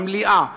במליאה,